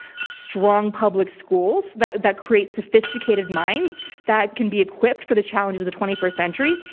strong public schools that that create sophisticated minds that can be equipped for the challenges of the twenty first century,